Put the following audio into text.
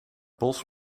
bos